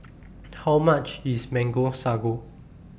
How much IS Mango Sago